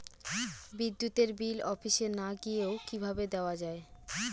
বিদ্যুতের বিল অফিসে না গিয়েও কিভাবে দেওয়া য়ায়?